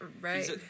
Right